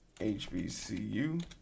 HBCU